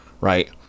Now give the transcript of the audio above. right